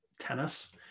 tennis